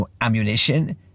ammunition